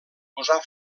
posar